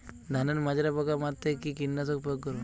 ধানের মাজরা পোকা মারতে কি কীটনাশক প্রয়োগ করব?